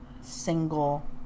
single